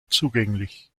zugänglich